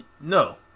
No